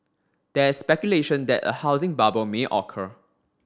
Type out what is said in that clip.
there is speculation that a housing bubble may occur